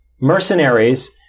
mercenaries